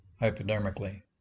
hypodermically